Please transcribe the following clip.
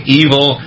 evil